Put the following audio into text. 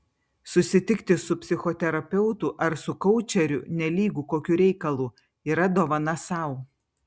susitikti su psichoterapeutu ar su koučeriu nelygu kokiu reikalu yra dovana sau